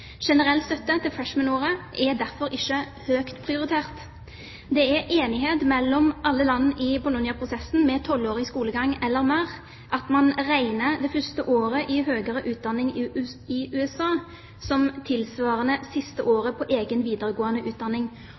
Generell støtte til freshman-året er derfor ikke høyt prioritert. Det er enighet mellom alle land i Bologna-prosessen med 12-årig skolegang, eller mer, om at man regner det første året i høyere utdanning i USA som tilsvarende siste året på egen videregående utdanning.